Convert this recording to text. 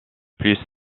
plus